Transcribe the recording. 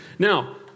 Now